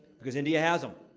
because india has em,